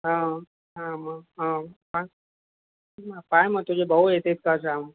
हा हा म हा काय मग तुझे भाऊ येतात का सांग